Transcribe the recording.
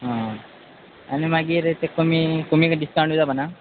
आं आनी मागीर ते कमी कमी डिस्कावंटूय जावपा ना